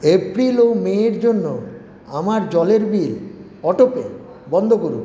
April ও May এর জন্য আমার জলের বিল অটোপে বন্ধ করুন